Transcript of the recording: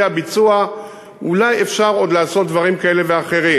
הביצוע אולי אפשר עוד לעשות דברים כאלה ואחרים.